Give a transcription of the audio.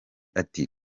ati